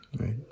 Right